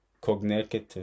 Cognitive